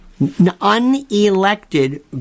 unelected